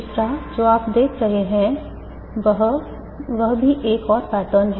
तीसरा जो आप देख रहे हैं वह भी एक और पैटर्न है